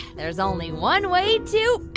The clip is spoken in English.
there's only one way to.